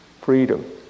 freedom